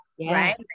right